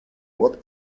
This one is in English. what